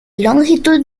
longitud